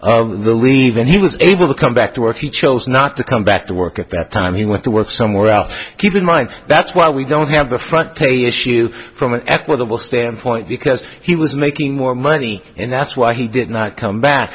the leave and he was able to come back to work he chose not to come back to work at that time he went to work somewhere else keep in mind that's why we don't have the front page issue from an equitable standpoint because he was making more money and that's why he did not come back